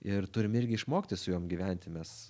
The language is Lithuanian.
ir turim irgi išmokti su jom gyventi nes